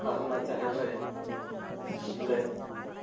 ᱟᱨ ᱚᱱᱟ ᱡᱟᱦᱮᱨ ᱨᱮ ᱟᱞᱮ